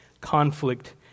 conflict